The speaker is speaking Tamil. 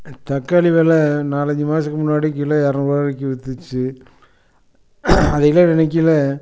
தக்காளி விலை நாலஞ்சு மாதத்துக்கு முன்னாடி கிலோ இரநூறுவாவிக்கி விற்றுச்சி அது இன்னும் நினைக்கல